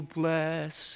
bless